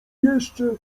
jeszcze